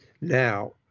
now